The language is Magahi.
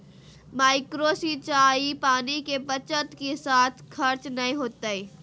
माइक्रो सिंचाई पानी के बचत के साथ खर्च नय होतय